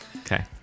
Okay